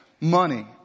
money